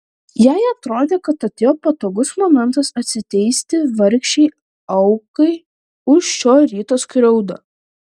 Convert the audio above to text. jai atrodė kad atėjo patogus momentas atsiteisti vargšei aukai už šio ryto skriaudą